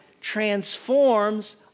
transforms